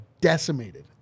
decimated